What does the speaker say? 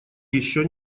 еще